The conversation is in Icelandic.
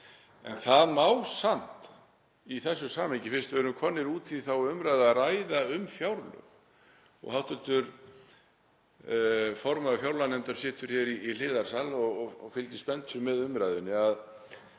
En það má samt í þessu samhengi, fyrst við erum komin út í þá umræðu að ræða um fjárlög og hv. formaður fjárlaganefndar situr í hliðarsal og fylgist spenntur með umræðunni,